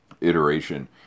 iteration